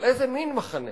אבל איזה מין מחנה,